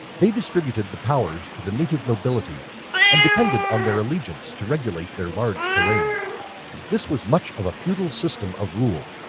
they distributed the powers to the native nobility and depended on their allegiance to regulate their large terrain this was much of a feudal system of rule.